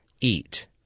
eat